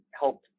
help